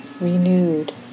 renewed